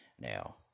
Now